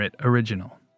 original